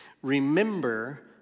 remember